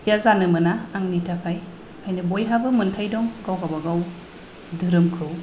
या जानो मोना आंनि थाखाय बेनिखायनो बयहाबो मोन्थाय दं गाव गावबा गाव धोरोमखौ